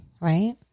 Right